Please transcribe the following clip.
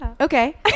Okay